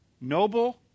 noble